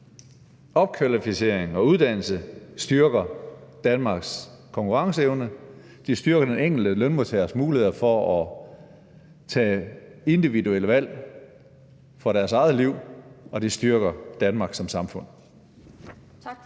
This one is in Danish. Opkvalificering og uddannelse styrker Danmarks konkurrenceevne, det styrker den enkelte lønmodtagers muligheder for at tage individuelle valg i sit eget liv, og det styrker Danmark som samfund.